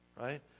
right